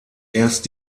erst